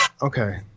Okay